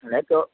नहि तऽ